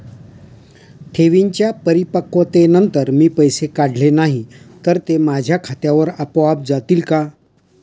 ठेवींच्या परिपक्वतेनंतर मी पैसे काढले नाही तर ते माझ्या खात्यावर आपोआप जातील का?